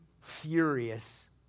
furious